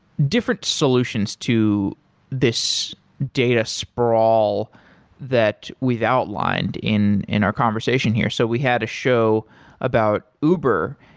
different solutions to this data sprawl that we've outlined in in our conversation here. so we had to show about uber.